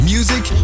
Music